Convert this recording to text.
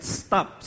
stop